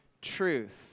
truth